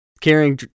Carrying